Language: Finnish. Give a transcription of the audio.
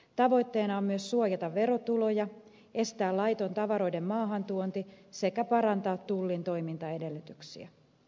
tavoitteena on myös suojata verotuloja estää laiton tavaroiden maahantuonti sekä parantaa tullin toimintaedellytyksiä